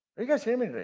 you guys hear me